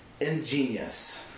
Ingenious